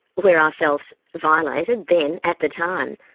where i felt violated then at the time,